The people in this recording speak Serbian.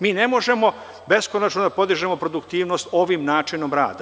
Mi ne možemo beskonačno da podižemo produktivnost ovim načinom rada.